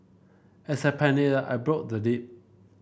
as I panicked I broke the lid